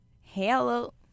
Hello